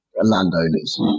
landowners